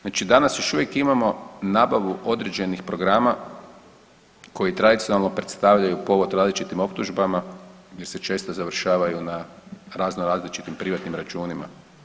Znači danas još uvijek imamo nabavu određenih programa koji tradicionalno predstavljaju povod različitim optužbama, jer se često završavaju na razno različitim privatnim računima.